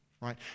right